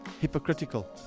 hypocritical